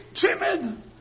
timid